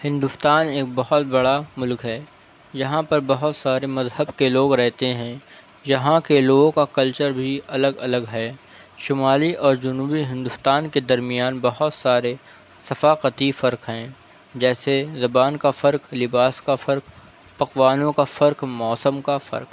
ہندوستان ایک بہت بڑا ملک ہے یہاں پر بہت سارے مذہب کے لوگ رہتے ہیں یہاں کے لوگوں کا کلچر بھی الگ الگ ہے شمالی اور جنوبی ہندوستان کے درمیان بہت سارے ثفاقتی فرق ہیں جیسے زبان کا فرق لباس کا فرق پکوانوں کا فرق موسم کا فرق